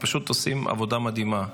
הם פשוט עושים עבודה מדהימה,